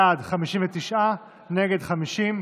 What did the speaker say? בעד, 59, נגד, 50,